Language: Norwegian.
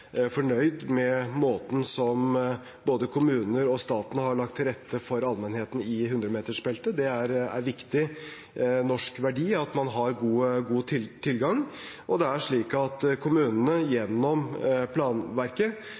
fornøyd med måten som både kommuner og staten har lagt til rette for allmennheten i 100-metersbeltet på. Det er en viktig norsk verdi at man har god tilgang, og